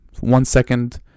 one-second